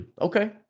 Okay